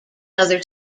other